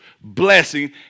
blessing